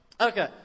okay